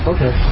Okay